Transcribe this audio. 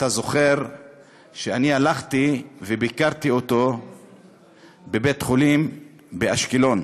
אתה זוכר שאני הלכתי וביקרתי אותו בבית-חולים באשקלון,